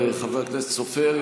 תודה רבה לחבר הכנסת סופר.